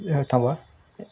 थांबवा